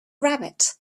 rabbit